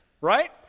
right